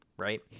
right